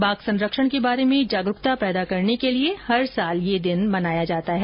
बाघ संरक्षण के बारे में जागरूकता पैदा करने के लिए हर साल ये दिन मनाया जाता है